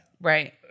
Right